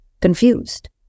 confused